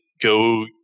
go